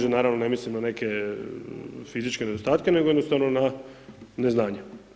Ne može naravno ne mislim na neke fizičke nedostatke nego jednostavno na neznanje.